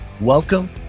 welcome